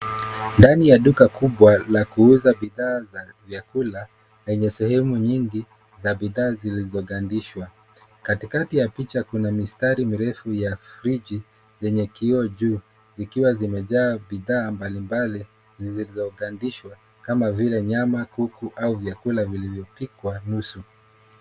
Ndani ya duka kubwa la kuuza bidhaa za vyakulalenye sehemu nyingi za bidhaa zilizogandishwa. Katikati ya picha kuna mistari mirefu ya friji lenye kio juu likiwa limejaa bidhaa mbalimbali zilizogandishwa kama vile nyama, kuku au vyakula vilivyopikwa nusu.